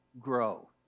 Grow